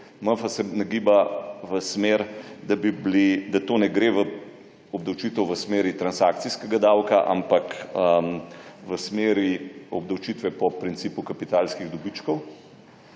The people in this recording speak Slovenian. MF se nagiba v smer, da to ne gre v obdavčitev v smeri transakcijskega davka, ampak v smeri obdavčitve po principu kapitalskih dobičkov.